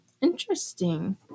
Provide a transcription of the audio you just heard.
Interesting